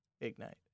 Ignite